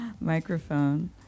microphone